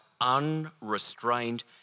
unrestrained